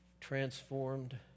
transformed